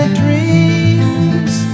dreams